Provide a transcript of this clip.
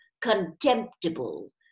contemptible